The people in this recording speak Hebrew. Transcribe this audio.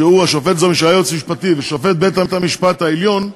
השופט זמיר שהיה יועץ משפטי ושופט בית-המשפט העליון,